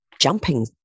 jumping